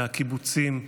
מהקיבוצים,